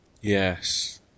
Yes